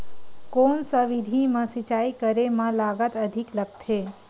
कोन सा विधि म सिंचाई करे म लागत अधिक लगथे?